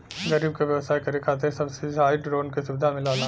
गरीब क व्यवसाय करे खातिर सब्सिडाइज लोन क सुविधा मिलला